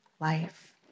life